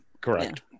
Correct